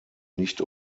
nicht